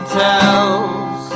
tells